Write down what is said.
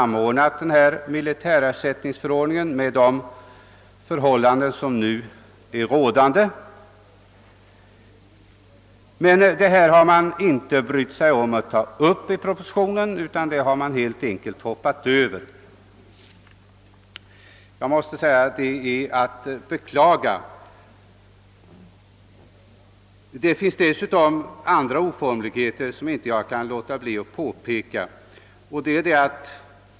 Men departementschefen har inte brytt sig om att ta upp detta förslag i propositionen utan har helt enkelt hoppat över det. Detta är att beklaga. Det finns även andra oformligheter som jag inte kan låta bli att peka på.